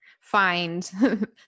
find